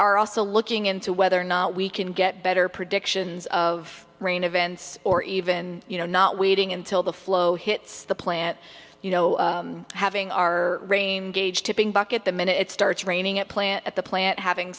are also looking into whether or not we can get better predictions of rain events or even you know not waiting until the flow hits the plant you know having our rain gauge tipping back at the minute it starts raining at plant at the plant having